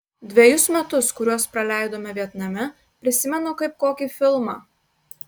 dvejus metus kuriuos praleidome vietname prisimenu kaip kokį filmą